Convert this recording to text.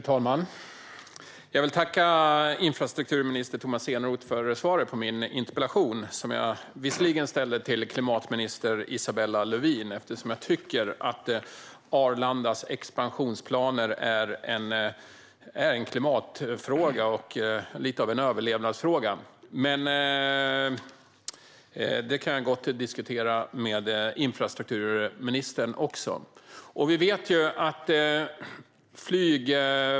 Fru talman! Jag vill tacka infrastrukturminister Tomas Eneroth för svaret på min interpellation. Jag ställde den visserligen till klimatminister Isabella Lövin, eftersom jag tycker att Arlandas expansionsplaner är en klimatfråga och lite av en överlevnadsfråga. Men jag kan gott diskutera det här med infrastrukturministern också.